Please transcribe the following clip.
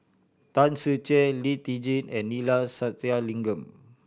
Tan Ser Cher Lee Tjin and Neila Sathyalingam